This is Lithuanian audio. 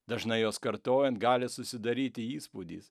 dažnai juos kartojant gali susidaryti įspūdis